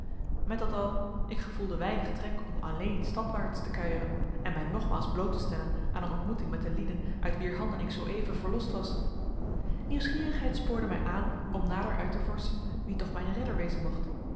met dat al ik gevoelde weinig trek om alleen stadwaarts te kuieren en mij nogmaals bloot te stellen aan een ontmoeting met de lieden uit wier handen ik zooeven verlost was nieuwsgierigheid spoorde mij aan om nader uit te vorschen wie toch mijn redder wezen mocht